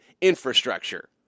infrastructure